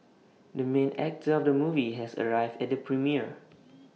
the main actor of the movie has arrived at the premiere